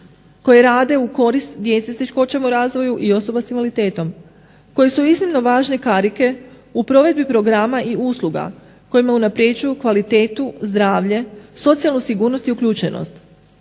koje rade u korist djece s teškoćama u razvoju i osoba s invaliditetom. Koje su iznimno važne karike u provedbi programa i usluga kojima unaprjeđuju kvalitetu, zdravlje, socijalnu sigurnost i uključenost.